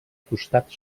costat